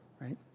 right